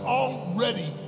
already